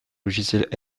logiciels